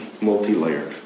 multi-layered